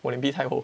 我脸皮太厚